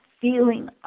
feeling